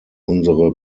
unsere